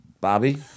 Bobby